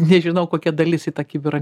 nežinau kokia dalis į tą kibirą